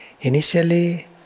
Initially